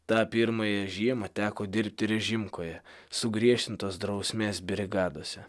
tą pirmąją žiemą teko dirbti režimkoje sugriežtintos drausmės brigadose